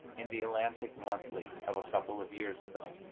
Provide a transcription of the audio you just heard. in the atlantic monthly of a couple of years ago.